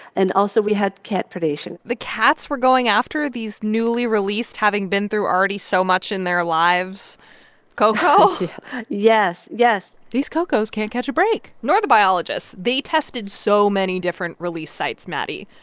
and also, we had cat predation the cats were going after these newly released, having been through already so much in their lives ko'ko' yes, yes these ko'ko's can't catch a break nor the biologists. they tested so many different release sites, maddie.